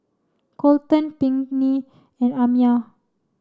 Colten Pinkney and Amiah